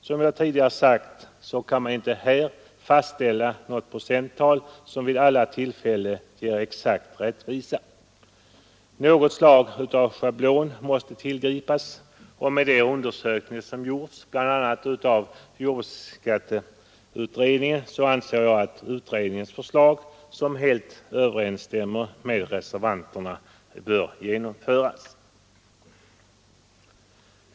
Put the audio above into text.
Som jag tidigare sagt kan man här inte fastställa något procenttal som vid alla tillfällen ger exakt rättvisa. Något slag av schablon måste tillgripas, och med de undersökningar som gjorts, bl.a. av jordbruksskatteutredningen, anser jag att utredningens förslag, som helt överensstämmer med reservanternas, bör genomföras.